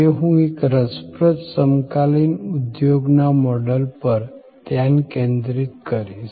આજે હું એક રસપ્રદ સમકાલીન ઉધોગના મોડલ પર ધ્યાન કેન્દ્રિત કરીશ